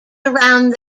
around